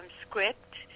script